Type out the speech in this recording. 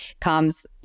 comes